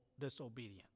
disobedience